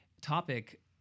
topic